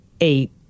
eight